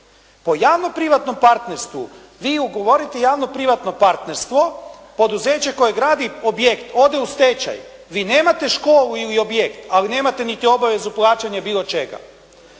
Po javno privatnom partnerstvu vi ugovorite javno privatno partnerstvo, poduzeće koje gradi objekt ode u stečaj, vi nemate školu ili objekt ali nemate niti obavezu plaćanja bilo čega.